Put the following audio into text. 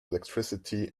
electricity